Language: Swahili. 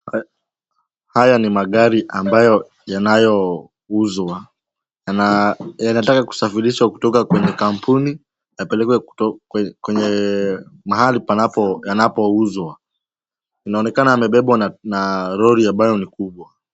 Haya ni magari ambayo yanayouzwa. Yanataka kusafirisha kutoka kwenye kampuni yapelekwa kwenye mahali yanapouzwa. Inaonekana imebebwa na lori ambayo ni kubwa.